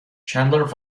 chandler